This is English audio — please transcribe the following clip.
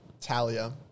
Talia